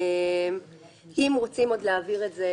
אם רוצים להעביר זאת